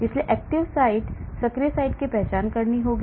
इसलिए सक्रिय साइट की पहचान करनी होगी